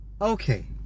Okay